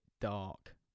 dark